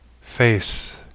face